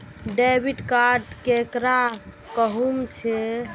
Debit card केकरा कहुम छे?